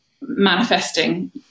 manifesting